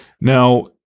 Now